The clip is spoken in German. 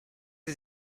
sie